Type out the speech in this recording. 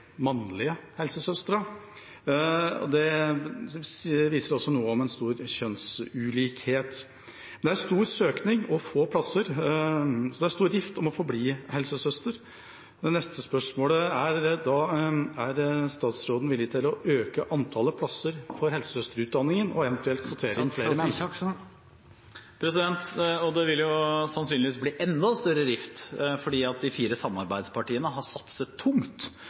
mannlige helsesøstre, og det viser at det er stor kjønnsulikhet. Det er stor søkning og få plasser. Det er stor rift om å få bli helsesøster. Det neste spørsmålet er da: Er statsråden villig til å øke antallet plasser for helsesøsterutdanningen og eventuelt kvotere inn flere menn? Det vil sannsynligvis bli enda større rift fordi de fire samarbeidspartiene har satset tungt